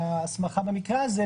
ההסמכה במקרה הזה,